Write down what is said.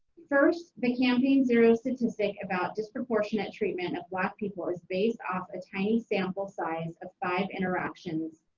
first, the campaign zero statistic about disproportionate treatment of black people is based off a tiny sample size of five interactions,